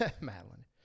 Madeline